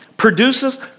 produces